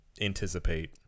anticipate